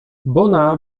bona